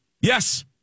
Yes